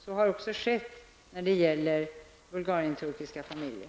Så har skett också när det gäller bulgarienturkiska familjer.